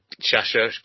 Cheshire